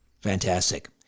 Fantastic